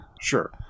Sure